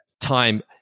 time